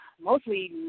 mostly